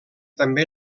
també